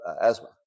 asthma